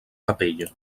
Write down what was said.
capella